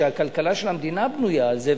שהכלכלה של המדינה בנויה על זה,